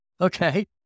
Okay